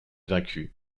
vaincu